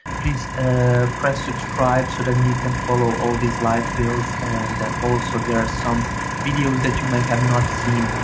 please ah press subscribe so then you can follow all these live builds and then also there are some videos that you might have not seen